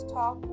Talk